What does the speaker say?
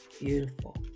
Beautiful